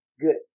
good